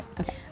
Okay